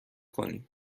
کنیم